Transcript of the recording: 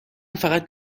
فقط